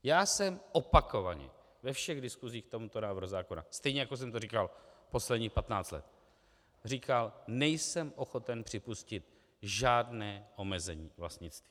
Já jsem opakovaně ve všech diskusích k tomuto návrhu zákona, stejně jako jsem to říkal posledních 15 let, říkal, nejsem ochoten připustit žádné omezení vlastnictví.